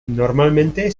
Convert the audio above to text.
normalmente